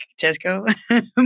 Tesco